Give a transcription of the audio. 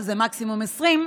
שזה מקסימום 20,